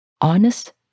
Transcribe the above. honest